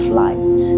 light